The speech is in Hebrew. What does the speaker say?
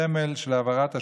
סמל של העברת השושלת,